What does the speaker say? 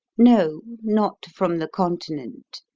no, not from the continent,